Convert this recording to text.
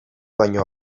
baino